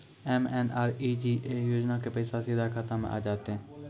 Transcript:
MNREGA योजना के पैसा सीधा खाता मे आ जाते?